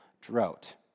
drought